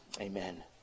Amen